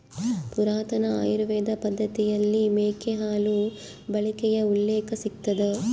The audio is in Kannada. ಪುರಾತನ ಆಯುರ್ವೇದ ಪದ್ದತಿಯಲ್ಲಿ ಮೇಕೆ ಹಾಲು ಬಳಕೆಯ ಉಲ್ಲೇಖ ಸಿಗ್ತದ